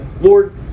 Lord